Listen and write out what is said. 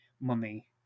money